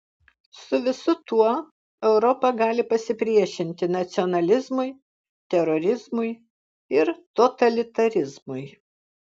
su visu tuo europa gali pasipriešinti nacionalizmui terorizmui ir totalitarizmui